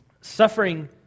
Suffering